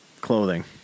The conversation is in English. clothing